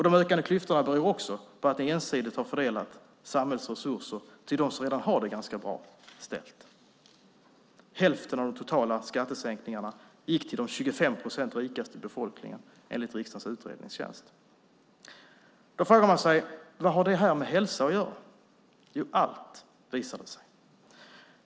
De ökande klyftorna beror också på att ni ensidigt har fördelat samhällets resurser till dem som redan har det ganska bra ställt. Hälften av de totala skattesänkningarna gick till de 25 procent rikaste i befolkningen enligt riksdagens utredningstjänst. Vad har detta med hälsa att göra? Allt, visar det sig.